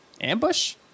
ambush